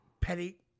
petty